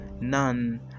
none